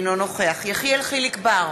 אינו נוכח יחיאל חיליק בר,